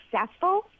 successful